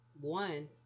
One